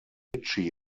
ritchie